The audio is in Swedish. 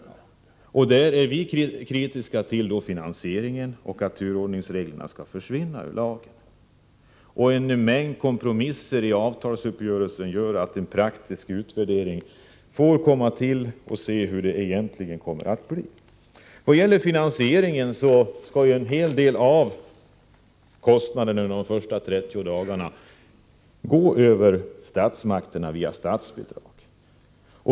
På denna punkt är vi kritiska mot finansieringen och mot att turordningsreglerna skall försvinna ur lagen. En mängd kompromisser i avtalsuppgörelsen gör att en praktisk utvärdering måste komma till stånd, så att vi kan se hur resultatet egentligen kommer att bli. Såvitt gäller finansieringen sägs att en hel del av kostnaderna för de första 30 dagarna skall betalas av statsmakterna via statsbidrag.